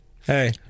hey